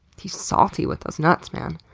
he's salty with those nuts, man.